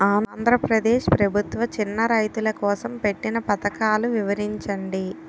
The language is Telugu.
ఆంధ్రప్రదేశ్ ప్రభుత్వ చిన్నా రైతుల కోసం పెట్టిన పథకాలు వివరించండి?